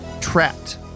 trapped